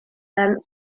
attempt